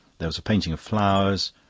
there was a painting of flowers,